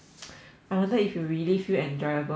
I wonder if you really feel enjoyable out there